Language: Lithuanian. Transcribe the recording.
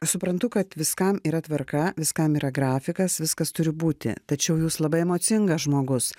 suprantu kad viskam yra tvarka viskam yra grafikas viskas turi būti tačiau jūs labai emocingas žmogus